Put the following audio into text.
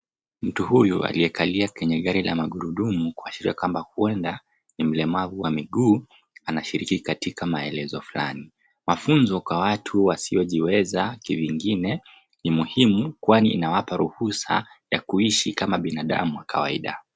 Mtu huyu aliyekalia kwenye gari la magurudumu kuashiria kwamba huenda ni mlemavu wa miguu anashiriki katika maelezo fulani. mafunzo kwa watu wasiojiweza kivingine ni muhimu kwani inawapa ruhusu ya kuishi kama binadamu wa kawaida.